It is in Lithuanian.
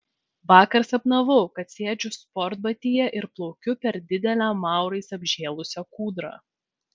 vakar sapnavau kad sėdžiu sportbatyje ir plaukiu per didelę maurais apžėlusią kūdrą